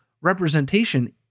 representation